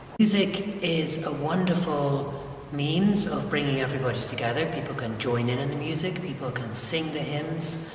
music is a wonderful means of bringing everybody together, people can join in and the music people can sing the hymns,